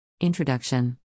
Introduction